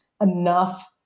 enough